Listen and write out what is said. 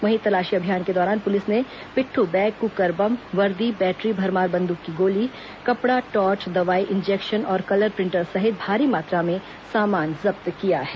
वहीं तलाशी अभियान के दौरान पुलिस ने पिट्टू बैग क्कर बम वर्दी बैटरी भरमार बंद्रक की गोली कपड़ा टॉर्च दवाई इंजेक्शन और कलर प्रिंटर सहित भारी मात्रा में सामान जब्त किया है